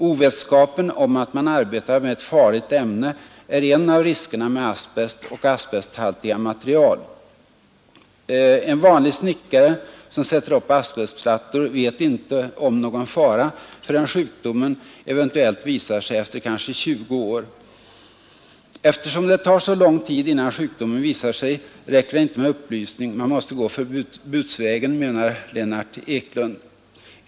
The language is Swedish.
Ovetskapen om att man arbetar med ett farligt ämne är en av riskerna med asbest och asbesthaltiga material. —— En vanlig snickare som sätter upp asbestplattor vet inte om någon fara förrän sjukdomen — eventuellt — visar sig efter kanske 20 år.” ”Eftersom det tar så lång tid innan sjukdomen visar sig räcker det inte med upplysning, man måste gå förbudsvägen”, menar Lennart Eklund.